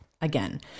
Again